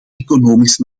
economisch